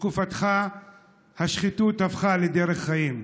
בתקופתך השחיתות הפכה לדרך חיים.